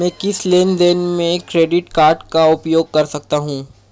मैं किस लेनदेन में क्रेडिट कार्ड का उपयोग कर सकता हूं?